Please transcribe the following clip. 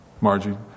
Margie